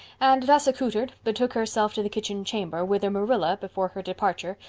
and, thus accoutred, betook herself to the kitchen chamber, whither marilla, before her departure,